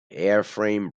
airframe